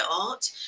art